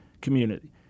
community